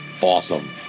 awesome